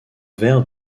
vert